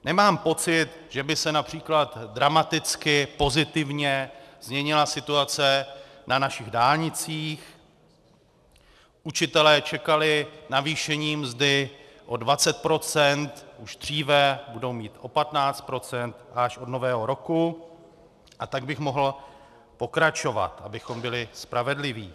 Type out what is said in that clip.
Nemám pocit, že by se například dramaticky pozitivně změnila situace na našich dálnicích, učitelé čekali navýšení mzdy o 20 % už dříve, budou mít o 15 % až od Nového roku, a tak bych mohl pokračovat, abychom byli spravedliví.